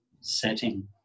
setting